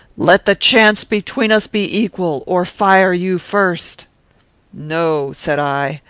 let the chance between us be equal, or fire you first no, said i,